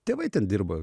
tėvai ten dirbo